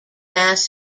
mass